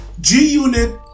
G-Unit